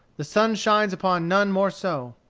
the sun shines upon none more so.